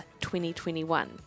2021